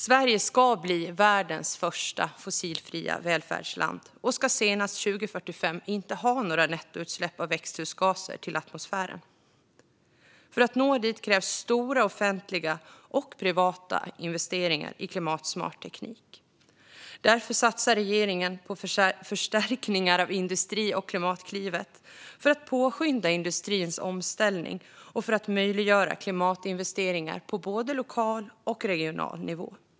Sverige ska bli världens första fossilfria välfärdsland och ska senast 2045 inte ha några nettoutsläpp av växthusgaser till atmosfären. För att nå dit krävs stora offentliga och privata investeringar i klimatsmart teknik. Därför satsar regeringen på förstärkningar av Industriklivet och Klimatklivet för att påskynda industrins klimatomställning och för att möjliggöra klimatinvesteringar på både lokal och regional nivå.